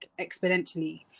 exponentially